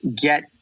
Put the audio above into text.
get